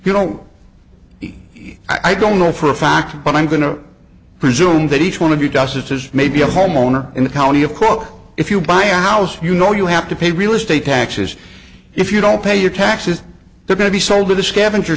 you don't i don't know for a fact but i'm going to presume that each one of you does it says maybe a homeowner in the county of cook if you buy a house you know you have to pay real estate taxes if you don't pay your taxes they're going to be sold to the scavenger